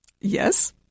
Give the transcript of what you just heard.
Yes